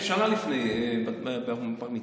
שנה לפני בר-מצווה.